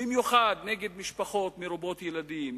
במיוחד נגד משפחות מרובות ילדים,